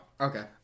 Okay